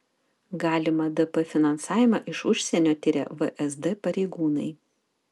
galimą dp finansavimą iš užsienio tiria vsd pareigūnai